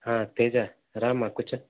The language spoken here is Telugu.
తేజా రామ్మా కూర్చో